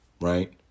right